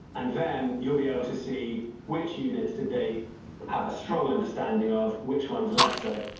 and then you'll be able to see which units did they have a strong understanding of which ones less so.